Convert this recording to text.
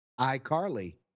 iCarly